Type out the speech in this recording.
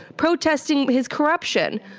protesting his corruption,